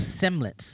semblance